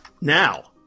Now